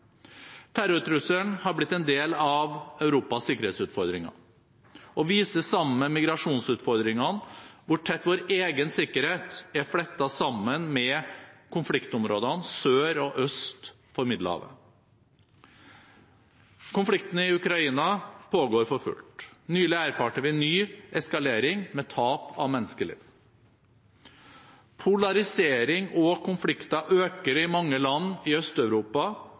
Terrortrusselen har blitt en del av Europas sikkerhetsutfordringer og viser sammen med migrasjonsutfordringene hvor tett vår egen sikkerhet er flettet sammen med konfliktområdene sør og øst for Middelhavet. Konflikten i Ukraina pågår for fullt. Nylig erfarte vi ny eskalering med tap av menneskeliv. Polarisering og konflikter øker i mange land i